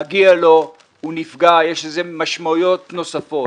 מגיע לו, הוא נפגע, יש לזה משמעויות נוספות.